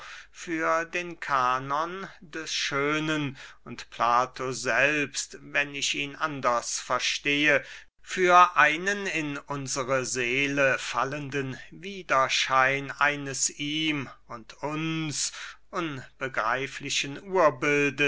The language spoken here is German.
für den kanon des schönen und plato selbst wenn ich ihn anders verstehe für einen in unsre seele fallenden widerschein eines ihm und uns unbegreiflichen urbildes